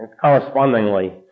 Correspondingly